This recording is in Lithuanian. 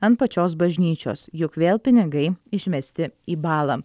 ant pačios bažnyčios juk vėl pinigai išmesti į balą